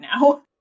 now